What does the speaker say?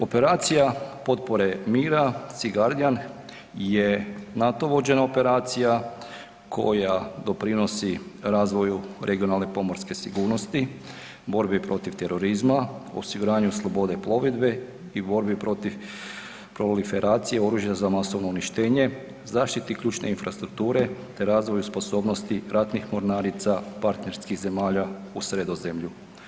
Operacija potpore mira „Sea Guardian“ je NATO vođena operacija koja doprinosi razvoju regionalne pomorske sigurnosti, borbi protiv terorizma, osiguranju slobode plovidbe i borbi protiv proliferacije oružja za masovno uništenje, zaštiti ključne infrastrukture te razvoju sposobnosti ratnih mornarica partnerskih zemalja u Sredozemlju.